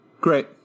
Great